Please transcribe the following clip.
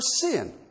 sin